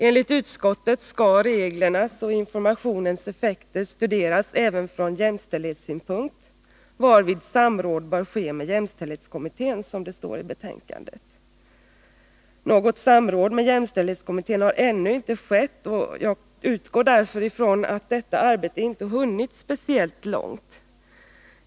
Enligt utskottet skall reglernas och informationens effekter studeras även från jämställdhetssynpunkt, varvid samråd bör ske med jämställdhetskommittén. Något samråd med jämställdhetskommittén har emellertid ännu inte skett, varför jag utgår ifrån att man inte hunnit speciellt långt med detta arbete.